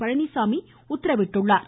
பழனிசாமி உத்தரவிட்டுள்ளார்